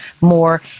more